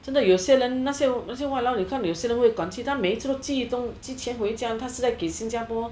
真的有些人那些那些外劳你看有些人会管去他们每一次都寄东寄钱回家他是在给新加坡